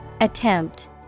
Attempt